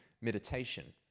meditation